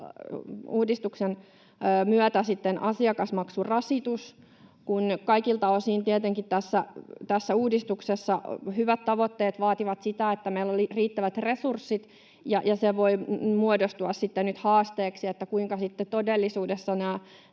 uudistuksen myötä sitten asiakasmaksurasitus, kun kaikilta osin tietenkin tässä uudistuksessa hyvät tavoitteet vaativat sitä, että meillä on riittävät resurssit, ja se voi muodostua sitten nyt haasteeksi, kuinka sitten todellisuudessa nämä